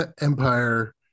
empire